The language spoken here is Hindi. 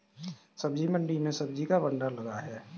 सब्जी मंडी में सब्जी का भंडार लगा है